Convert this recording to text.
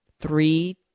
three